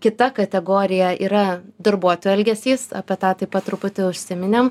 kita kategorija yra darbuotojo elgesys apie tą taip pat truputį užsiminėm